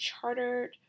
chartered